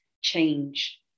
change